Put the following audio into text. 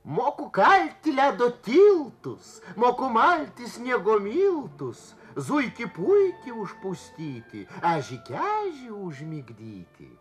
moku kalti ledo tiltus moku malti sniego miltus zuikį puikį užpustyti ežį kežį užmigdyti